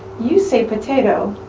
you say potato,